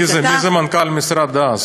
מי זה, מי זה מנכ"ל המשרד דאז?